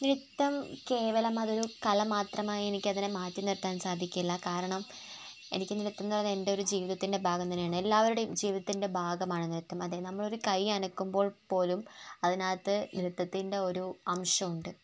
നൃത്തം കേവലമതൊരു കലമാത്രമായി എനിക്കതിനെ മാറ്റിനിർത്താൻ സാധിക്കില്ല കാരണം എനിക്ക് നൃത്തമെന്ന് പറഞ്ഞാല് എന്റെയൊരു ജീവിതത്തിൻറ്റെ ഭാഗംതന്നെയാണ് എല്ലാവരുടെയും ജീവിതത്തിൻറ്റെ ഭാഗമാണ് നൃത്തം അതെ നമ്മളൊരു കയ്യനക്കുമ്പോൾപ്പോലും അതിനകത്ത് നൃത്തത്തിൻറ്റെ ഒരംശമുണ്ട്